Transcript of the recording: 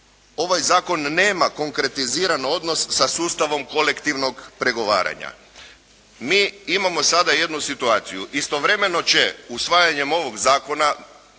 ovaj zakon nema konkretiziran odnos sa sustavom kolektivnog pregovaranja. Mi imamo sada jednu situaciju. Istovremeno će usvajanjem ovog zakona,